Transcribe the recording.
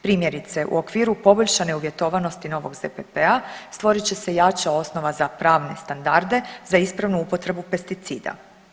Primjerice u okviru poboljšane uvjetovanosti novog ZPP-a stvorit će se jača osnova za pravne standarde za ispravnu upotrebu pesticida.